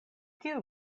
tiu